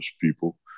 people